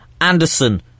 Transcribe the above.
anderson